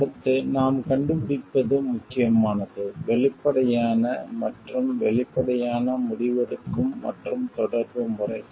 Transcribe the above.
அடுத்து நாம் கண்டுபிடிப்பது முக்கியமானது வெளிப்படையான மற்றும் வெளிப்படையான முடிவெடுக்கும் மற்றும் தொடர்பு முறைகள்